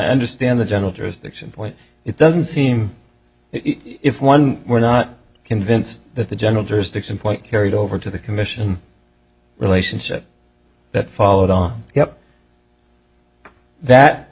understand the general jurisdiction point it doesn't seem if one were not convinced that the general jurisdiction point carried over to the commission relationship that followed on